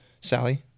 Sally